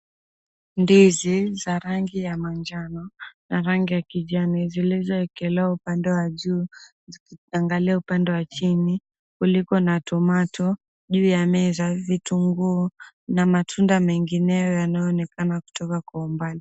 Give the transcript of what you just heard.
Ndizi za rangi ya manjano na rangi ya kijani, zilizoekelewa upande wa juu zikiangalia upande wa chini kuliko na tomato juu ya meza , vitunguu na matunda mengineyo yanayoonekana kutoka kwa umbali.